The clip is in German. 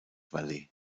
valley